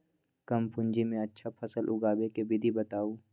कम पूंजी में अच्छा फसल उगाबे के विधि बताउ?